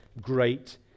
great